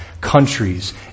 Countries